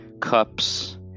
cups